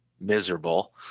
miserable